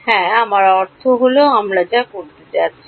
হ্যাঁ আমার অর্থ হল আমরা যা করতে যাচ্ছি